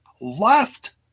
left